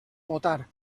votar